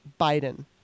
Biden